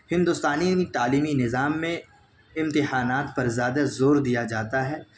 ہندوستانی تعلیمی نظام میں امتحانات پر زیادہ زور دیا جاتا ہے